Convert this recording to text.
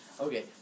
Okay